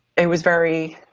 it was very